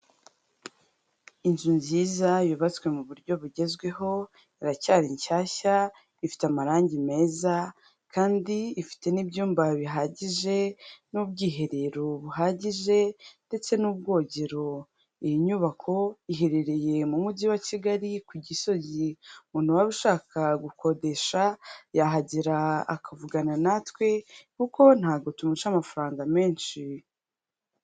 Inzu nziza yubatswe mu buryo bugezweho iracyari nshyashya, ifite amarangi meza kandi ifite n'ibyumba bihagije n'ubwiherero buhagije ndetse n'ubwogero, iyi nyubako iherereye mu mujyi wa Kigali ku Gisozi, umuntu waba ashaka gukodesha yahagera akavugana natwe kuko ntago tumuca amafaranga menshi.